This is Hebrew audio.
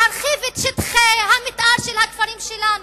להרחיב את שטחי תוכנית המיתאר של הכפרים שלנו,